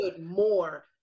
more